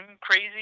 crazy